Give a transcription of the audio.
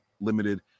limited